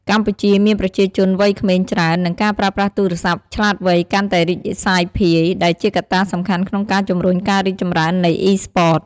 កម្ពុជាមានប្រជាជនវ័យក្មេងច្រើន និងការប្រើប្រាស់ទូរស័ព្ទឆ្លាតវៃកាន់តែរីកសាយភាយ ដែលជាកត្តាសំខាន់ក្នុងការជំរុញការរីកចម្រើននៃ Esports។